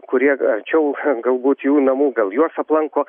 kurie arčiau galbūt jų namų gal juos aplanko